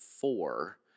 four